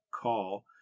call